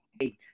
hey